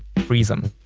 freeze them,